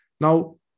Now